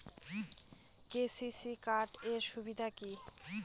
KCC card এর সুবিধা কি?